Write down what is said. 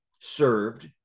served